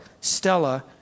Stella